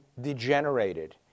degenerated